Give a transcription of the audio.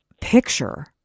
picture